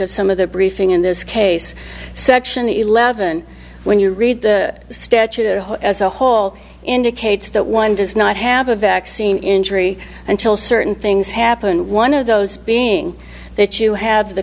of some of the briefing in this case section eleven when you read the statute as a whole indicates that one does not have a vaccine injury until certain things happen one of those being that you have the